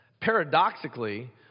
Paradoxically